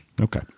Okay